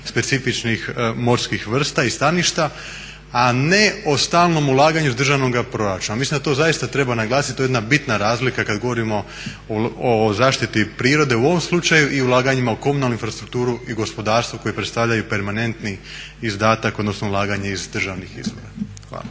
specifičnih morskih vrsta i staništa, a ne o stalnom ulaganju iz državnoga proračuna. Mislim da to zaista treba naglasiti, to je jedna bitna razlika kad govorimo o zaštiti prirode u ovom slučaju i ulaganjima u komunalnu infrastrukturu i gospodarstvo koji predstavljaju permanentni izdatak odnosno ulaganje iz državnih izvora. Hvala.